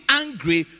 angry